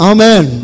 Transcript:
Amen